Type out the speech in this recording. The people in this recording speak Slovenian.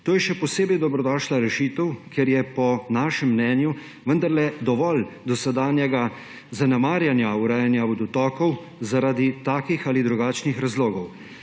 To je še posebej dobrodošla rešitev, ker je po našem mnenju vendarle dovolj dosedanjega zanemarjanja urejanja vodotokov zaradi takih ali drugačnih razlogov.